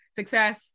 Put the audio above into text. success